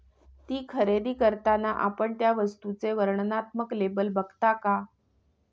ती खरेदी करताना आपण त्या वस्तूचे वर्णनात्मक लेबल बघता का?